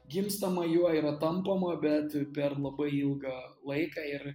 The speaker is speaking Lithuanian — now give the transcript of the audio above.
gimstama juo yra tampama bet per labai ilga laiką ir